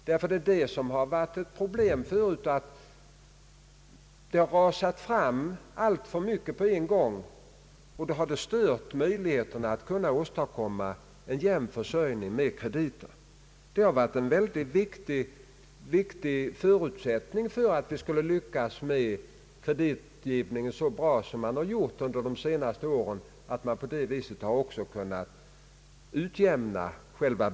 Det som tidigare har varit ett problem är nämligen att alltför mycket har rasat fram på en gång, vilket har stört möjligheterna att åstadkomma en jämn kreditförsörjning. En mycket viktig förutsättning för att vi skulle lyckas med kreditgivningen så bra som har skett under de senaste åren har varit att själva byggandet har kunnat utjämnas.